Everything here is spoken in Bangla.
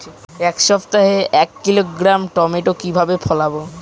এক সপ্তাহে এক কিলোগ্রাম টমেটো কিভাবে ফলাবো?